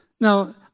Now